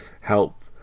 help